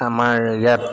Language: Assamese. আমাৰ ইয়াত